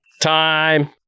Time